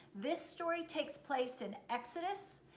this story takes place in exodus,